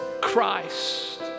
Christ